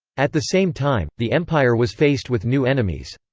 at the same time, the empire was faced with new enemies.